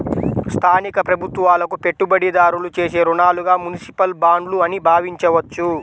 స్థానిక ప్రభుత్వాలకు పెట్టుబడిదారులు చేసే రుణాలుగా మునిసిపల్ బాండ్లు అని భావించవచ్చు